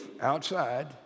outside